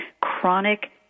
chronic